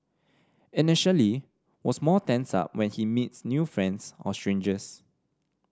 initially was more tensed up when he meets new friends or strangers